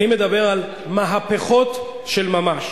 אני מדבר על מהפכות של ממש.